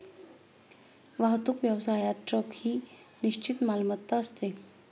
वाहतूक व्यवसायात ट्रक ही निश्चित मालमत्ता असते